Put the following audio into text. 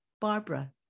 Barbara